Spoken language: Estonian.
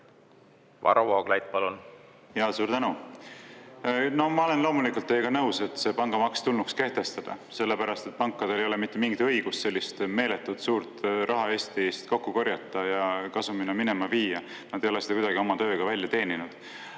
Varro Vooglaid, palun! Suur tänu! Ma olen loomulikult teiega nõus, et see pangamaks tulnuks kehtestada, sellepärast et pankadel ei ole mitte mingit õigust sellist meeletult suurt raha Eestist kokku korjata ja kasumina minema viia, nad ei ole seda kuidagi oma tööga välja teeninud.